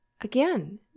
Again